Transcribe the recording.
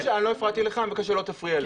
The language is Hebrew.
אני לא הפרעתי לך ואני מבקש שלא תפריע לי.